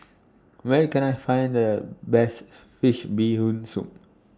Where Can I Find The Best Fish Bee Hoon Soup